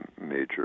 major